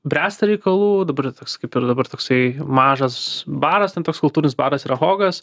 bręsta reikalų dabar ir toks kaip ir dabar toksai mažas baras ten toks kultūrinis baras yra hogas